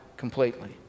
completely